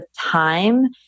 time